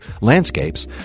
landscapes